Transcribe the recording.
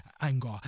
anger